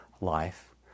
life